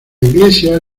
iglesia